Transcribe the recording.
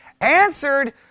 Answered